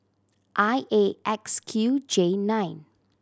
I A X Q J nine